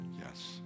Yes